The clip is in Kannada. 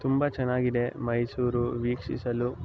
ತುಂಬ ಚೆನ್ನಾಗಿದೆ ಮೈಸೂರು ವೀಕ್ಷಿಸಲು